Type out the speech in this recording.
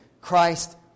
Christ